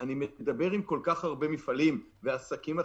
אני מדבר עם כל כך הרבה מפעלים ועסקים אחרים,